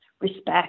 respect